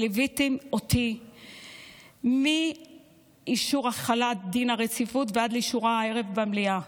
שליוויתם אותי מאישור החלת דין הרציפות ועד לאישורה הערב במליאה.